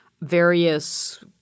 various